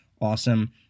awesome